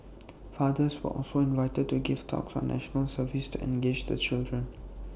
fathers were also invited to give talks on National Service to engage the children